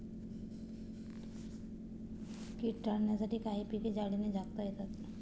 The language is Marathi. कीड टाळण्यासाठी काही पिके जाळीने झाकता येतात